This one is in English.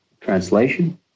Translation